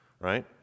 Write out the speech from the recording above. right